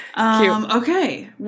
Okay